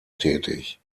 tätig